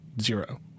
zero